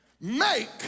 make